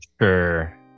Sure